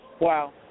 Wow